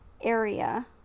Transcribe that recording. area